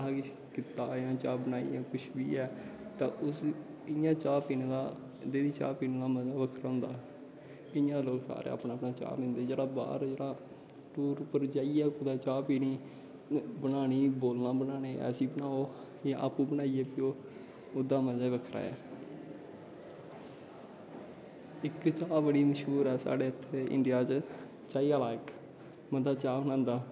कीता जां चाह् बनाई बी ऐ जां कुश कीता तां उस इयां च्हा पीनें दा उद्धर दी चाह् पीने दा मज़ा ई बक्खरा होंदा इयां ते सारे अपनैं अपनैं चाह् पींदे जेह्ड़ा बाह्र जेह्ड़ा टूर पर जाईयै कुदै चाह् पीनी बनानी बोलना बनानें गी ऐसी बनाओ जां अपूं बनाईयै पियो ओह्दा मज़ा गै बक्खरा ऐ इक चाह् बड़ी मश्हूर ऐ साढ़े इत्थें इंडिया च चाही आह्ला इक बंदा चाह् बनांदा